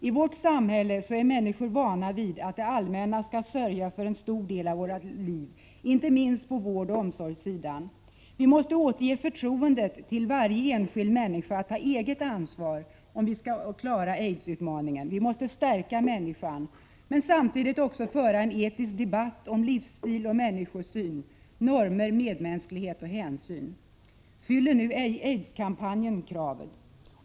I vårt samhälle är människor vana vid att det allmänna skall sörja för en stor del av deras liv, inte minst på vårdoch omsorgssidan. Vi måste återge förtroendet till varje enskild människa att ta eget ansvar om vi skall klara aidsutmaningen. Vi måste stärka människan. Men samtidigt måste vi föra en etisk debatt om livsstil och människosyn, om normer, medmänsklighet och hänsyn. Fyller aidskampanjen kraven?